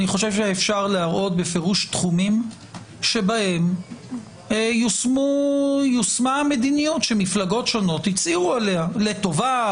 תחומים שבהם יושמה המדיניות שמפלגות שונות הציעו לטובה,